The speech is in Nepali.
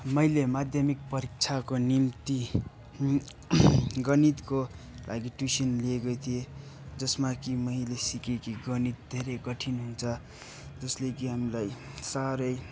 मैले माध्यमिक परिक्षाको निम्ति गणितको लागि ट्युसन लिएको थिएँ जसमा कि मैले सिकेँ कि गणित धेरै कठिन हुन्छ जसले कि हामीलाई साह्रै